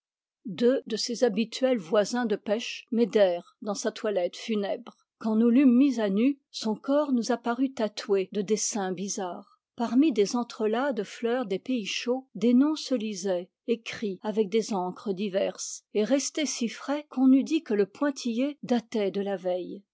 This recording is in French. deux de ses habituels voisins de pêche m'aidèrent dans sa toilette funèbre quand nous l'eûmes mis à nu son corps nous apparut tatoué de dessins bizarres parmi des entrelacs de fleurs des pays chauds des noms se lisaient écrits avec des encres diverses et restés si frais qu'on eût dit que le pointillé datait de la veille